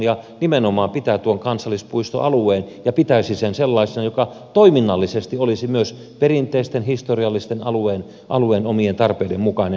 se nimenomaan pitäisi tuon kansallispuistoalueen sellaisena joka toiminnallisesti olisi myös perinteisten historiallisten alueen omien tarpeiden mukainen